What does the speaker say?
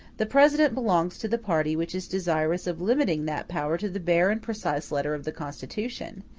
the president belongs to the party which is desirous of limiting that power to the bare and precise letter of the constitution,